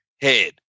head